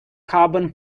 carbon